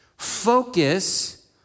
Focus